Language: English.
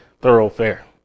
thoroughfare